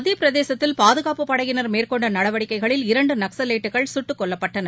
மத்தியபிரதேசத்தில் பாதுகாப்புப் படையினா் மேற்கொண்டநடவடிக்கைகளில் இரண்டுநக்ஸவைட்டுகள் சுட்டுக் கொல்லப்பட்டனர்